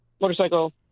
motorcycle